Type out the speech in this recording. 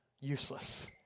useless